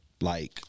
like-